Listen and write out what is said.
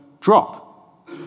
drop